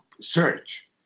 search